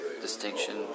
distinction